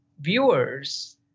viewers